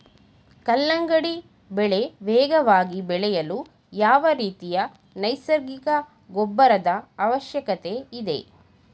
ಕಲ್ಲಂಗಡಿ ಬೆಳೆ ವೇಗವಾಗಿ ಬೆಳೆಯಲು ಯಾವ ರೀತಿಯ ನೈಸರ್ಗಿಕ ಗೊಬ್ಬರದ ಅವಶ್ಯಕತೆ ಇದೆ?